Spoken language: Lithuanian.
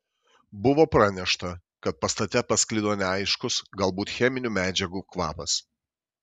buvo pranešta kad pastate pasklido neaiškus galbūt cheminių medžiagų kvapas